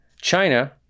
China